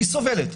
היא סובלת,